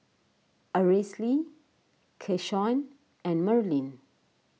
Aracely Keshawn and Merlene